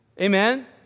Amen